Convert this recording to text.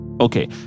Okay